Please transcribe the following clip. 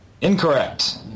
Incorrect